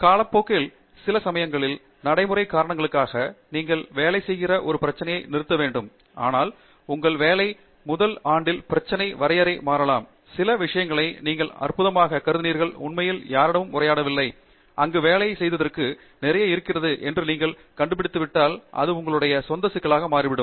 காலப்போக்கில் சில சமயங்களில் நடைமுறை காரணங்களுக்காக நீங்கள் வேலை செய்கிற ஒரு பிரச்சனையை நிறுத்த வேண்டும் ஆனால் உங்கள் வேலை முதல் ஆண்டில் பிரச்சனை வரையறை மாறலாம் சில விஷயங்களை நீங்கள் அற்பமாக கருதினீர்கள் உண்மையில் யாரிடமும் உரையாடவில்லை அங்கு வேலை செய்வதற்கு நிறைய இருக்கிறது என்று நீங்கள் கண்டுபிடித்துவிட்டால் அது உங்களுடைய சொந்த சிக்கலாக மாறிவிடும்